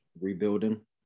Rebuilding